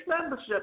membership